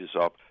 up